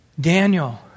Daniel